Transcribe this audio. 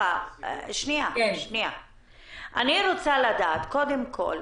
אני רוצה לדעת, קודם כול,